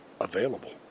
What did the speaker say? available